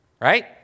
right